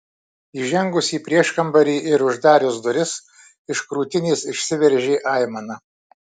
įžengus į prieškambarį ir uždarius duris iš krūtinės išsiveržė aimana